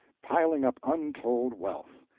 piling up untold wealth.